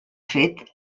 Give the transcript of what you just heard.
fet